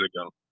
ago